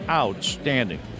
outstanding